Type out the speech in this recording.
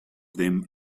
them